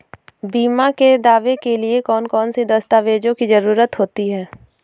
बीमा के दावे के लिए कौन कौन सी दस्तावेजों की जरूरत होती है?